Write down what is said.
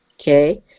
okay